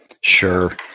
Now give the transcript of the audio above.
Sure